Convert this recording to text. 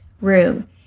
room